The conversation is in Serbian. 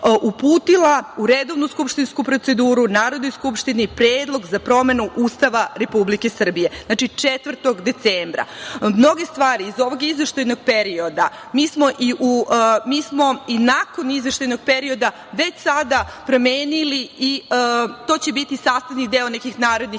uputila u redovnu skupštinsku proceduru Narodnoj skupštini Predlog za promenu Ustava Republike Srbije. Znači, 4. decembra. Mnoge stvari iz ovog izveštajnog perioda mi smo i nakon izveštajnog perioda već sada promenili i to će biti sastavni deo nekih narednih